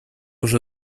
уже